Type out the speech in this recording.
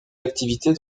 activités